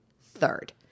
Third